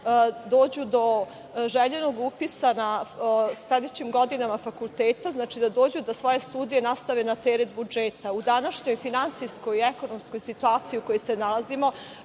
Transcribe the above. dođu do željenog upisa na sledećim godinama fakulteta, znači da svoje studije nastave na teret budžeta.U današnjoj finansijskoj, ekonomskoj situaciji u kojoj se nalazimo